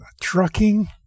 trucking